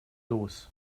los